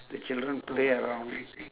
the children play around